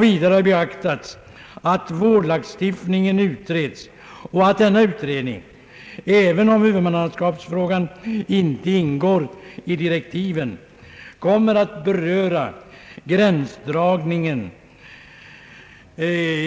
Vidare har beaktats att vårdlagstiftningen utreds och att denna utredning, även om huvudmannaskapsfrågan inte ingår i huvuddirektiven, kommer att beröra gränsdragningen